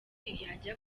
yajya